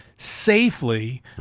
safely